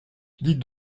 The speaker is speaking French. dis